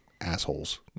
assholes